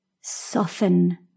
soften